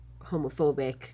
homophobic